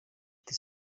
ati